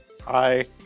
Hi